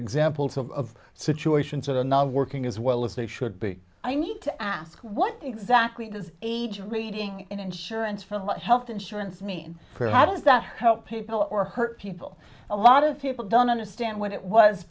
examples of situations that are not working as well as they should be i need to ask what exactly does age reading and insurance from what health insurance mean how does that help people or hurt people a lot of people don't understand what it was